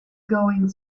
going